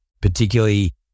particularly